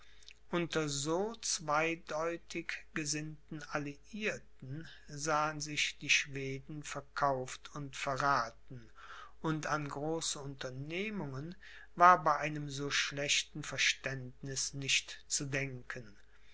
unter so zweideutig gesinnten alliierten sahen sich die schweden verkauft und verrathen und an große unternehmungen war bei einem so schlechten verständniß nicht zu denken